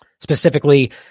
Specifically